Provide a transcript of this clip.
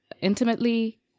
intimately